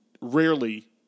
Rarely